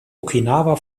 okinawa